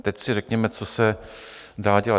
Teď si řekněme, co se dá dělat.